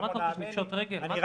היו